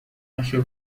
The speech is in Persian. نشو